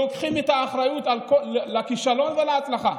לוקחים את האחריות על הכישלון ועל ההצלחה.